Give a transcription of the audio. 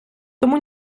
тому